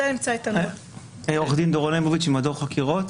אני ממדור חקירות.